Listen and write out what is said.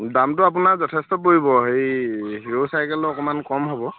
দামটো আপোনাৰ যথেষ্ট পৰিব হেৰি হিৰো চাইকেলৰ অকণমান কম হ'ব